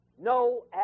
No